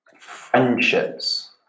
friendships